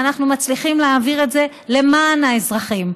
ואנחנו מצליחים להעביר את זה למען האזרחים.